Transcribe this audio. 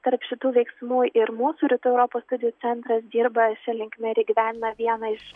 tarp šitų veiksmų ir mūsų rytų europos studijų centras dirba šia linkme ir įgyvendina vieną iš